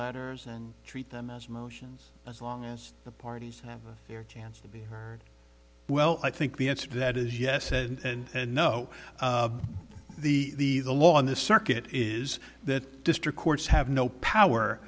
letters and treat them as motions as long as the parties have a fair chance to be heard well i think the answer to that is yes and no the the law in the circuit is that district courts have no power